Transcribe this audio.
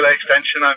Extension